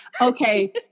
Okay